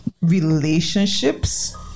relationships